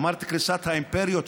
אמרתי: קריסת האימפריות,